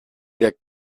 der